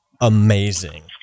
amazing